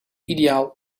ideaal